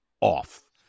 off